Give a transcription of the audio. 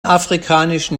afrikanischen